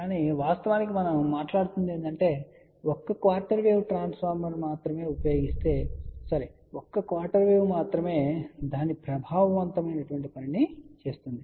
కాబట్టి వాస్తవానికి మనం మాట్లాడుతున్నది ఏమిటంటే ఒక్క క్వార్టర్ వేవ్ మాత్రమే దాని ప్రభావవంతమైన పనిని చేస్తోంది